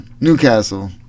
Newcastle